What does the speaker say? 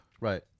Right